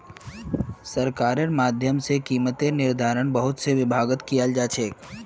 सरकारेर माध्यम से कीमतेर निर्धारण बहुत से विभागत कियाल जा छे